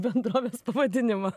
bendrovės pavadinimą